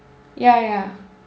ya ya